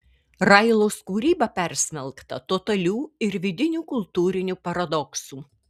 railos kūryba persmelkta totalių ir vidinių kultūrinių paradoksų